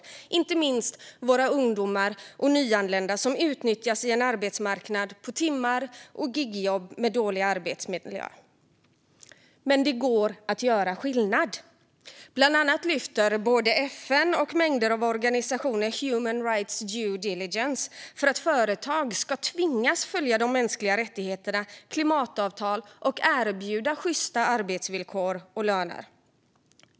Det gäller inte minst våra ungdomar och nyanlända, som utnyttjas i en arbetsmarknad på timmar och i gigjobb med dålig arbetsmiljö. Men det går att göra skillnad. Bland annat lyfter både FN och mängder av organisationer human rights due diligence för att företag ska tvingas följa de mänskliga rättigheterna och klimatavtal och erbjuda sjysta arbetsvillkor och löner.